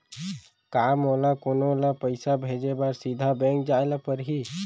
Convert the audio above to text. का मोला कोनो ल पइसा भेजे बर सीधा बैंक जाय ला परही?